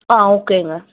ஆ ஓகேங்க